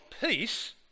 peace